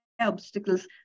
obstacles